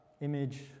image